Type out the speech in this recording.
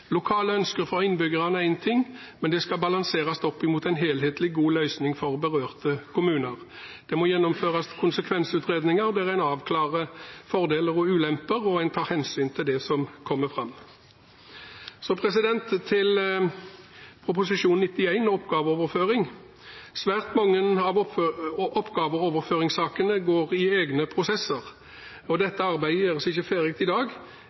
Lokale ønsker fra innbyggerne er én ting, men de skal balanseres opp mot en helhetlig, god løsning for berørte kommuner. Det må gjennomføres konsekvensutredninger der en avklarer fordeler og ulemper og tar hensyn til det som kommer fram. Så til Prop. 91 L, om oppgaveoverføring: Svært mange av oppgaveoverføringssakene går i egne prosesser, og dette arbeidet gjøres ikke ferdig i dag.